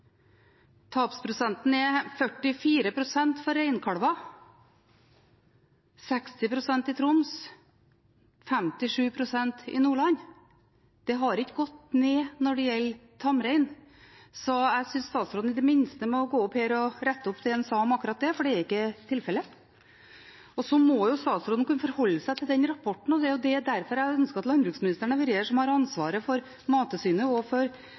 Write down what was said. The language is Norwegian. Tapsprosenten er 44 pst. for reinkalver – 60 pst. i Troms, 57 pst. i Nordland. Det har ikke gått ned når det gjelder tamrein, så jeg syns statsråden i det minste må gå opp her og rette opp det han sa om akkurat det, for det er ikke tilfellet. Så må statsråden kunne forholde seg til den rapporten. Det var derfor jeg ønsket at landbruksministeren hadde vært her, som har ansvaret for Mattilsynet og